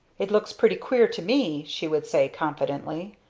it looks pretty queer to me! she would say, confidentially,